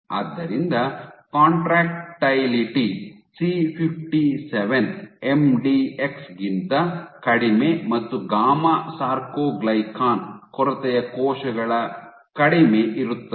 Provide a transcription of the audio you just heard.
ಆದ್ದರಿಂದ contractility C57 MDX ಗಿಂತ ಕಡಿಮೆ ಮತ್ತು ಗಾಮಾ ಸಾರ್ಕೊಗ್ಲಿಕನ್ ಕೊರತೆಯ ಕೋಶಗಳ ಕಡಿಮೆ ಇರುತ್ತದೆ